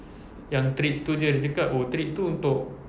yang treats itu jer dia cakap oh treats itu untuk